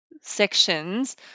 sections